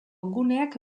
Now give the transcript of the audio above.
guneak